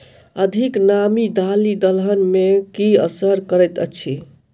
अधिक नामी दालि दलहन मे की असर करैत अछि?